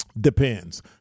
Depends